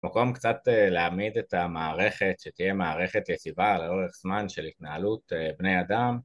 מקום קצת להעמיד את המערכת שתהיה מערכת יציבה לאורך זמן של התנהלות בני אדם